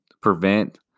prevent